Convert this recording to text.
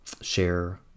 Share